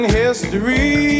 history